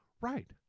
Right